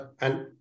And-